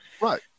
Right